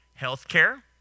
Healthcare